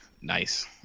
Nice